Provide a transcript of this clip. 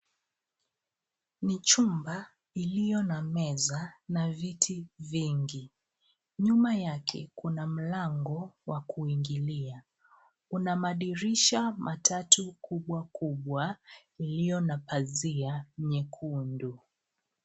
Ni chumba iliona meza na viti vingi. Nyuma yake kuna mlango wa kuingilia. Kuna madirisha matatu kubwa kubwa uliona pazia nyekundu.